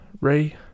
Ray